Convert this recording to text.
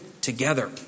together